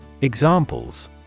Examples